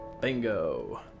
Bingo